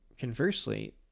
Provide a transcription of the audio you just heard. conversely